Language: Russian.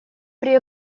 при